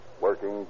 Working